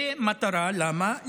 במטרה, למה?